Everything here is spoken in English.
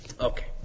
Okay